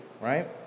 right